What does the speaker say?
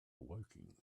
woking